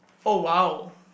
oh !wow!